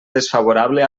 desfavorable